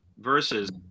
versus